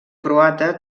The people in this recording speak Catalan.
croata